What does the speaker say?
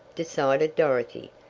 decided dorothy.